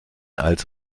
als